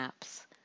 apps